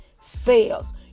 sales